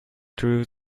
threw